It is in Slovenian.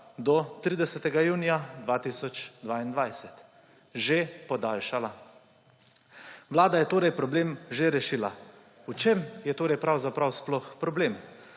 do 30. junija 2022. Že podaljšala. Vlada je torej problem že rešila. V čem je pravzaprav sploh problem?